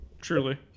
truly